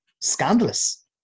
scandalous